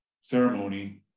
ceremony